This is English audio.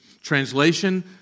Translation